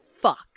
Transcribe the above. fuck